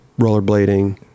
rollerblading